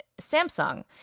Samsung